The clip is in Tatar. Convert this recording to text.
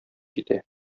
китә